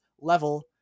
level